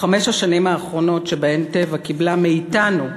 בחמש השנים האחרונות שבהן "טבע" קיבלה מאתנו,